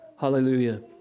Hallelujah